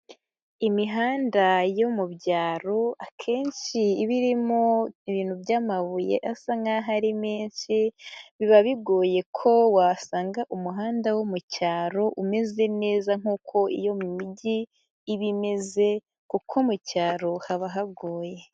Imihanda yo mu byaro akenshi iba irimo ibintu by'amabuye asa nk'aho ari menshi, biba bigoye ko wasanga umuhanda wo mu cyaro umeze neza nk'uko iyo mu mijyi iba imeze, kuko mu cyaro haba hagoye.